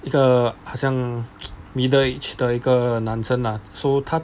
一个好像 middle age 的一个男生 lah so 他